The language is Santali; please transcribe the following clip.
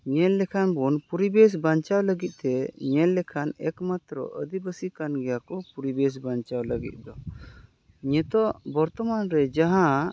ᱧᱮᱞ ᱞᱮᱠᱷᱟᱱ ᱵᱚᱱ ᱯᱚᱨᱤᱵᱮᱥ ᱵᱟᱧᱪᱟᱣ ᱞᱟᱹᱜᱤᱫ ᱛᱮ ᱧᱮᱞ ᱞᱮᱠᱷᱟᱱ ᱮᱠᱢᱟᱛᱨᱚ ᱟᱹᱫᱤᱵᱟᱹᱥᱤ ᱠᱟᱱ ᱜᱮᱭᱟ ᱠᱚ ᱯᱚᱨᱤᱵᱮᱥ ᱵᱟᱧᱪᱟᱣ ᱞᱟᱹᱜᱤᱫ ᱫᱚ ᱱᱤᱛᱚᱜ ᱵᱚᱨᱛᱚᱢᱟᱱ ᱨᱮ ᱡᱟᱦᱟᱸ